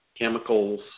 chemicals